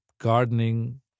gardening